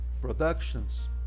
productions